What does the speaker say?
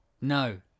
No